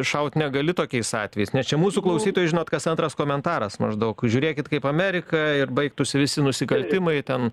šaut negali tokiais atvejais ne čia mūsų klausytojai žinot kas antras komentaras maždaug žiūrėkit kaip amerika ir baigtųsi visi nusikaltimai ten